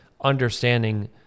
understanding